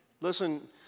Listen